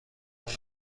بکنم